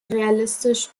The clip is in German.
realistisch